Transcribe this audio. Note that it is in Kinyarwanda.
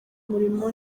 umurimo